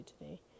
today